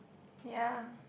ya